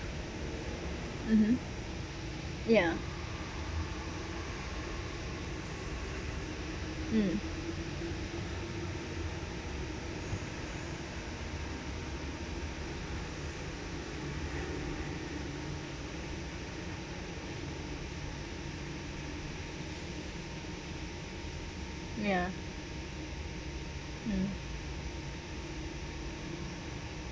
mmhmm ya mm ya mm